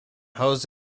jose